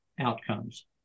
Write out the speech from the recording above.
outcomes